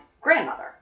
grandmother